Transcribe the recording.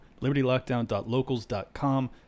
libertylockdown.locals.com